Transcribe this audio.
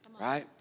right